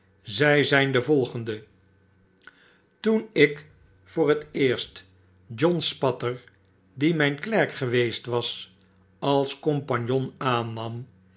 zij zyn de volgende toen ik voor het eerst john spatter die myn klerk geweest was als compagnon aannam